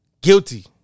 Guilty